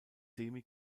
semi